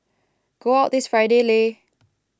go out this Friday Lei